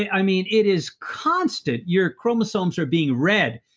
i mean it is constant. your chromosomes are being read,